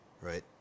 right